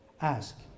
Ask